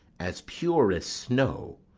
as pure as snow,